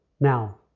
Now